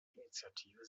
initiative